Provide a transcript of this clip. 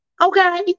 Okay